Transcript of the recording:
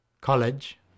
College